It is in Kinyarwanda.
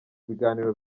ibiganiro